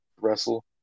wrestle